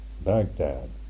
Baghdad